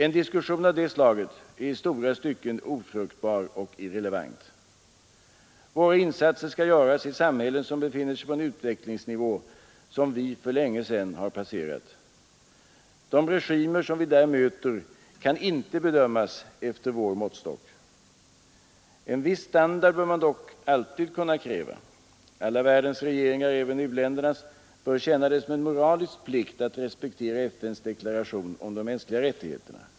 En diskussion av det slaget är i stora stycken ofruktbar och irrelevant. Våra insatser skall göras i samhällen som befinner sig på en utvecklingsnivå som vi för länge sedan har passerat. De regimer som vi där möter kan inte bedömas efter vår måttstock. En viss standard bör man dock alltid kunna kräva. Alla världens regeringar, även u-ländernas, bör känna det som en moralisk plikt att respektera FN:s deklaration om de mänskliga rättigheterna.